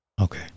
Okay